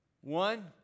One